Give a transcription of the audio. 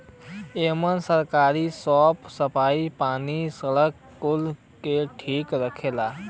एमन सरकार साफ सफाई, पानी, सड़क कुल के ठेका रखेला